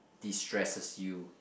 destresses you